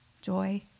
Joy